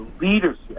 leadership